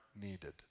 needed